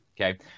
Okay